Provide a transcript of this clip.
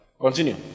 Continue